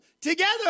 together